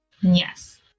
Yes